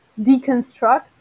deconstruct